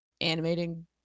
animating